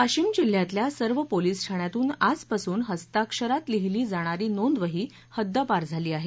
वाशिम जिल्ह्यातल्या सर्व पोलीस ठाण्यातून आजपासून हस्ताक्षरात लिहिली जाणारी नोंदवही हद्दपार झाली आहे